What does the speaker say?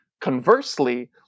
conversely